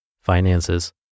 finances